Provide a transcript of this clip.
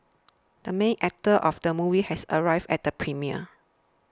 the main actor of the movie has arrived at the premiere